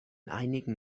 einigen